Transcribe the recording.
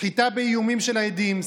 סחיטה באיומים של עדים,